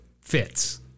fits